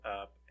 Up